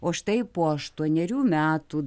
o štai po aštuonerių metų